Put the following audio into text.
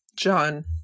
John